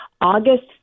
August